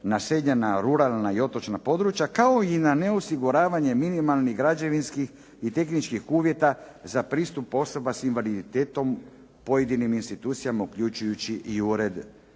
naseljena ruralna i otočna područja, kao i na neosiguravanje minimalnih građevinskih i tehničkih uvjeta za pristup osoba s invaliditetom pojedinim institucijama, uključujući i Ured pučkog